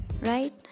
right